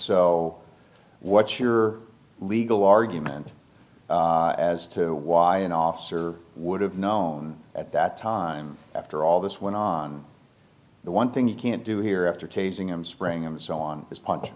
so what's your legal argument as to why an officer would have known at that time after all this went on the one thing you can't do here after tasing him spring i'm so on this po